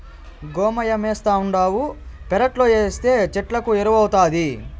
గోమయమేస్తావుండావు పెరట్లేస్తే చెట్లకు ఎరువౌతాది